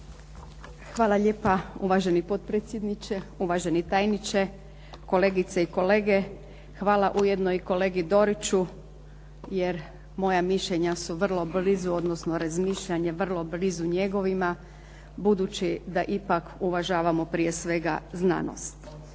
Hvala lijepa. Uvaženi potpredsjedniče, uvaženi tajniče, kolegice i kolege. Hvala ujedno i kolegi Doriću jer moja mišljenja su vrlo blizu odnosno razmišljanje vrlo blizu njegovima budući da ipak uvažavamo prije svega znanost.